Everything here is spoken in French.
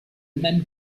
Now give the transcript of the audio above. même